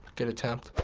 good attempt.